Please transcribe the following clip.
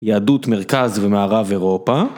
יהדות מרכז ומערב אירופה.